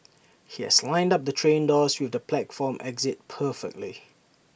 he has lined up the train doors with the platform exit perfectly